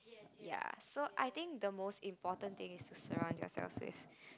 ya so I think the most important thing is surround yourself safe